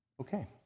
okay